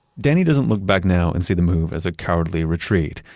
danny doesn't look back now and see the move as a cowardly retreat.